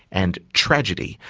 and tragedy,